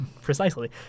precisely